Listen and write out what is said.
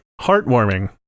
Heartwarming